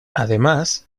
además